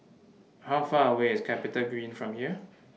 How Far away IS Capitagreen from here